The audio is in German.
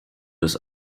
des